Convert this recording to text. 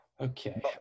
okay